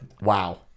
Wow